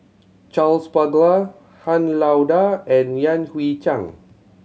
Charles Paglar Han Lao Da and Yan Hui Chang